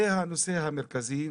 זה הנושא המרכזי.